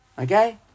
Okay